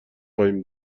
خواهیم